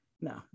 No